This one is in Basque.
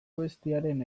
abestiaren